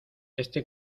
este